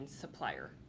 supplier